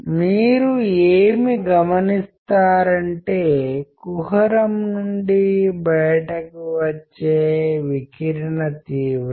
కాబట్టి కమ్యూనికేషన్ని దెబ్బతీసే లేదా సవరించే లేదా కమ్యూనికేషన్ని ప్రభావితం చేసే విషయాలు ఫిల్టర్లు మరియు అడ్డంకులు అని అర్థం చేసుకోవాలి